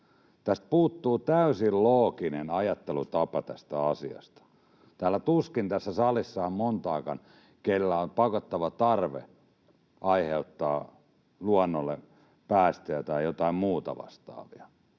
asiasta puuttuu täysin looginen ajattelutapa. Tuskin tässä salissa on montakaan, kenellä on pakottava tarve aiheuttaa luonnolle päästöjä tai jotain muuta vastaavaa,